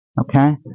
okay